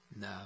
No